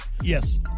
yes